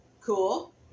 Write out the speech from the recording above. Cool